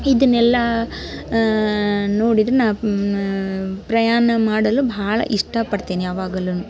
ಇದನ್ನೆಲ್ಲ ನೋಡಿದರೆ ನಾ ಪ್ರಯಾಣ ಮಾಡಲು ಭಾಳ ಇಷ್ಟಪಡ್ತೀನಿ ಯಾವಾಗಲೂ